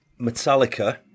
Metallica